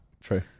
True